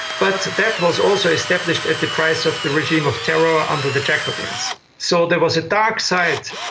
but that was also established at the price of the regime of terror under the jacobeans. so there was a dark side.